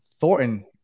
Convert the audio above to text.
Thornton